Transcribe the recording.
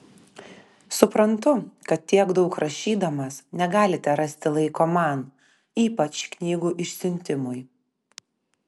suprantu kad tiek daug rašydamas negalite rasti laiko man ypač knygų išsiuntimui